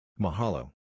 Mahalo